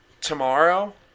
tomorrow